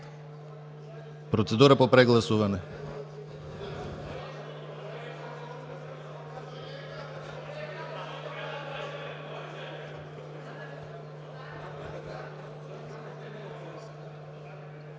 Процедура по прегласуване.